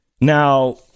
Now